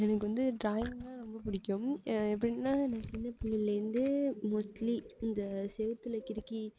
எனக்கு வந்து டிராயிங்குனா ரொம்ப பிடிக்கும் எப்படினா நான் சின்னப் பிள்ளையிலேந்து மோஸ்ட்லி இந்த செவுத்தில் கிருக்கி